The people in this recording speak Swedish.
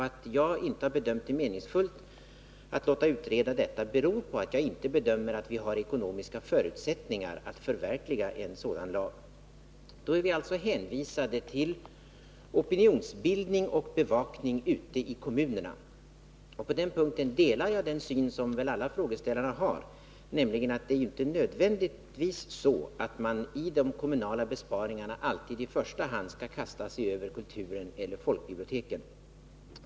Att jag inte har bedömt det meningsfullt att låta utreda detta spörsmål beror på att jag inte bedömer att vi har ekonomiska förutsättningar att förverkliga en sådan lag. Då är vi alltså hänvisade till opinionsbildning och Nr 119 bevakning ute i kommunerna. På den punkten delar jag den syn som väl alla Tisdagen den frågeställarna har, nämligen att man i de kommunala besparingarna inte 21 april 1981 nödvändigtvis alltid i första hand skall kasta sig över kulturen eller folkbiblioteken.